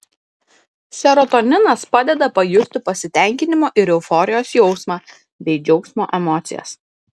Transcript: serotoninas padeda pajusti pasitenkinimo ir euforijos jausmą bei džiaugsmo emocijas